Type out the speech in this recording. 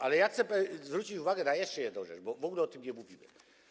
Ale chcę zwrócić uwagę na jeszcze jedną rzecz, bo w ogóle o tym nie mówimy.